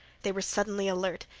they were suddenly alert,